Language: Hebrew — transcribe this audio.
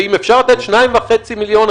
אם אפשר לתת 2.5 מיליון,